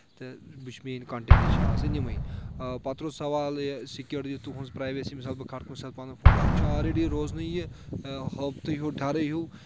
تہٕ بہٕ چھُ میٲنۍ کَنٹینٹس چھِ آسان یِمے پَتہٕ روٗد سوال یہِ سِکورٹی تُہنٛز پرٛایویسی مثال بہٕ کھالہٕ کُنہِ ساتہٕ پَنُن فوٹو اَتھ چھُ آلریڈی روزنٕے یہِ ہوپ تُہۍ ہیوٗ ڈرٕے ہیوٗ